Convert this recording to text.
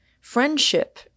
friendship